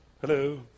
Hello